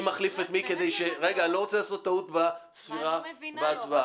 אני לא מבינה.